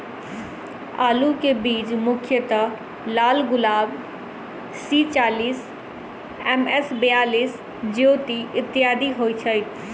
आलु केँ बीज मुख्यतः लालगुलाब, सी चालीस, एम.एस बयालिस, ज्योति, इत्यादि होए छैथ?